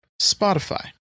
spotify